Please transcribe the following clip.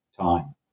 time